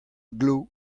glav